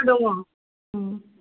दङ'